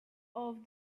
off